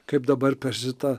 kaip dabar per šitą